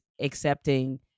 accepting